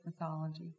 mythology